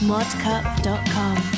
ModCup.com